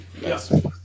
Yes